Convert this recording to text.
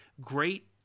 great